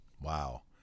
Wow